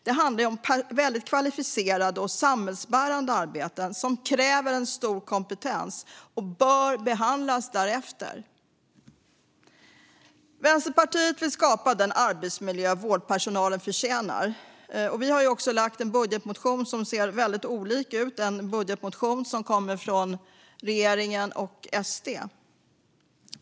Det handlar om väldigt kvalificerade och samhällsbärande arbeten som kräver en stor kompetens och bör behandlas därefter. Vänsterpartiet vill skapa den arbetsmiljö som vårdpersonalen förtjänar. Vi har också väckt en budgetmotion som ser väldigt annorlunda ut än budgeten från regeringen och SD.